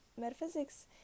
metaphysics